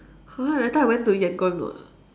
!huh! that time I went to Yangon [what]